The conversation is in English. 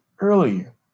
earlier